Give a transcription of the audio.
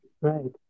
Right